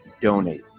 donate